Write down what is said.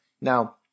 Now